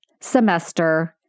semester